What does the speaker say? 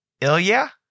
Ilya